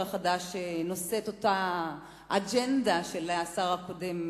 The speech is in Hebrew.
החדש נושא את אותה אג'נדה של השר הקודם,